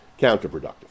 counterproductive